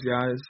guys